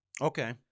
Okay